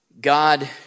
God